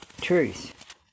truth